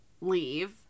leave